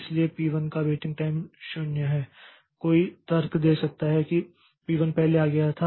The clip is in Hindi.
इसलिए P1 का वेटिंग टाइम 0 है कोई तर्क दे सकता है कि P1 पहले आ गया है